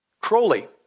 Crowley